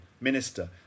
minister